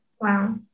Wow